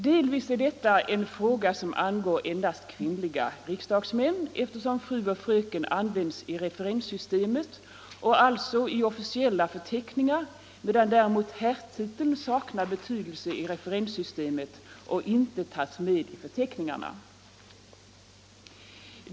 Delvis är detta en fråga som angår endast kvinnliga riksdagsmän, eftersom fru och fröken används i referenssystemet och alltså i officiella förteckningar, medan däremot herrtiteln saknar betydelse i referenssystemet och inte tas med i förteckningarna.